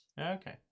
Okay